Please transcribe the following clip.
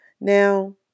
Now